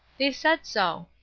they said so!